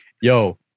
Yo